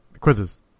Quizzes